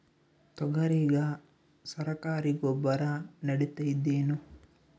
ತೊಗರಿಗ ಸರಕಾರಿ ಗೊಬ್ಬರ ನಡಿತೈದೇನು?